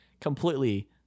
completely